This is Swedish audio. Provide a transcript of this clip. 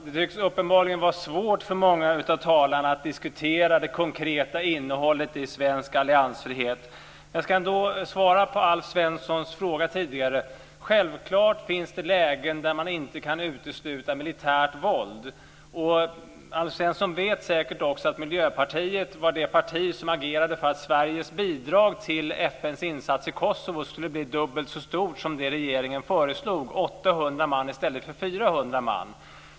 Fru talman! Det är uppenbarligen svårt för många av talarna att diskutera det konkreta innehållet i svensk alliansfrihet. Jag ska ändå svara på Alf Svenssons tidigare fråga. Självfallet finns det lägen där man inte kan utesluta militärt våld. Alf Svensson vet säkert också att Miljöpartiet var det parti som agerade för att Sveriges bidrag till FN:s insats i Kosovo skulle bli dubbelt så stort som det regeringen föreslog - 800 man i stället för 400 man.